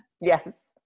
yes